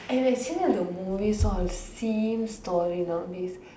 and actually all the movies all same story nowadays